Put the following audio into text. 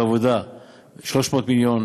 שפוגעים יום-יום במדינה,